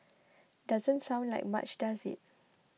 doesn't sound like much does it